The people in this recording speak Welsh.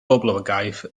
boblogaeth